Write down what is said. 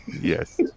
Yes